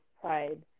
pride